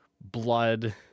blood